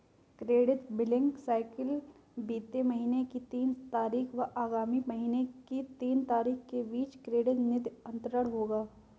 credit billing cycle बीते महीने की तीन तारीख व आगामी महीने की तीन तारीख के बीच क्रेडिट निधि अंतरण होगा